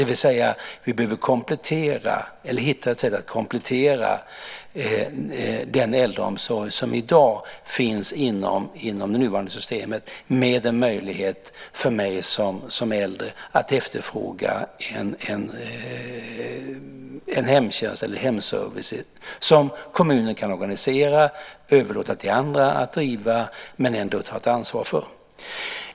Vi behöver hitta ett sätt att komplettera den äldreomsorg som finns inom det nuvarande systemet med en möjlighet för mig som äldre att efterfråga en hemtjänst eller hemservice som kommunen kan organisera och överlåta till andra att driva men ändå ta ett ansvar för.